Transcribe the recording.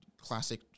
classic